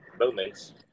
Moments